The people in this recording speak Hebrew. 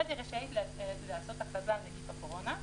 ואז היא רשאית לעשות הכרזה על נגיף הקורונה.